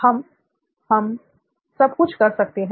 अब हम सब कुछ कर सकते हैं